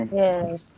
yes